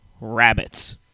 rabbits